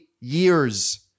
years